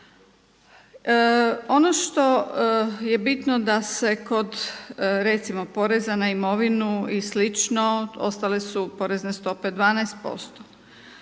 Ono što je bitno da se kod recimo poreza na imovinu i slično ostale su porene stope 12%,